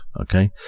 okay